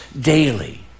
daily